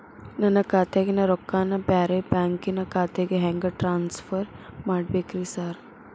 ನನ್ನ ಖಾತ್ಯಾಗಿನ ರೊಕ್ಕಾನ ಬ್ಯಾರೆ ಬ್ಯಾಂಕಿನ ಖಾತೆಗೆ ಹೆಂಗ್ ಟ್ರಾನ್ಸ್ ಪರ್ ಮಾಡ್ಬೇಕ್ರಿ ಸಾರ್?